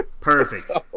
perfect